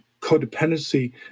codependency